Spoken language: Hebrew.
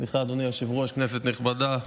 סליחה, אדוני היושב-ראש, כנסת נכבדה,